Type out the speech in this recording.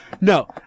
No